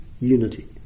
unity